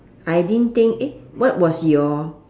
I didn't think eh what was your